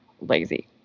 lazy